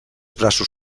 braços